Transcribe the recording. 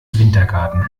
wintergarten